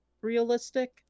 realistic